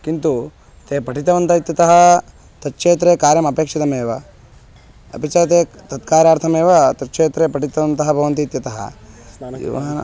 किन्तु ते पठितवन्तः इत्यतः तत् क्षेत्रे कार्यम् अपेक्षितमेव अपि च ते तत्कार्यार्थमेव तत् क्षेत्रे पठितवन्तः भवन्ति इत्यतः युवानः